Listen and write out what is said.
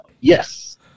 yes